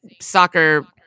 soccer